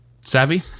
Savvy